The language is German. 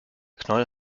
knoll